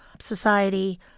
Society